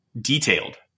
detailed